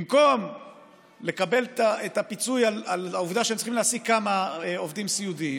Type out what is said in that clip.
במקום לקבל את הפיצוי על העובדה שהם צריכים להעסיק כמה עובדי סיעוד,